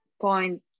point